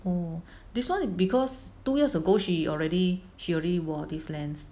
mm this one is because two years ago she already she already wore these lens